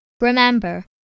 Remember